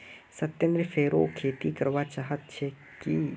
सत्येंद्र फेरो खेती करवा चाह छे की